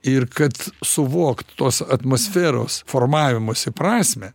ir kad suvokt tos atmosferos formavimosi prasmę